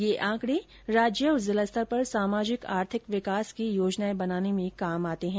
यह आंकड़े राज्य और जिला स्तर पर सामाजिक आर्थिक विकास की योजनाएं बनाने में काम आते हैं